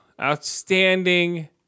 outstanding